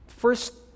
first